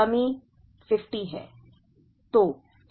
कमी 50 है